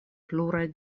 pluraj